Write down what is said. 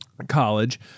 college